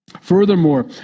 Furthermore